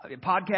podcast